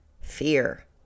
Fear